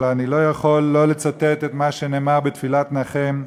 אבל אני לא יכול לא לצטט את מה שנאמר בתפילת נחם:"